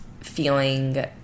feeling